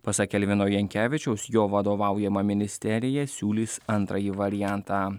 pasak elvino jankevičiaus jo vadovaujama ministerija siūlys antrąjį variantą